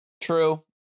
True